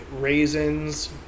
raisins